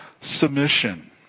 submission